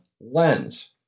lens